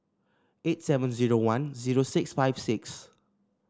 eight seven zero one zero six five six